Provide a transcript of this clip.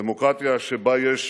דמוקרטיה שבה יש